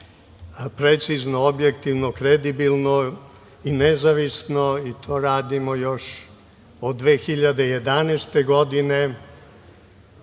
precizno, objektivno, kredibilno i nezavisno i to radimo još od 2011. godine,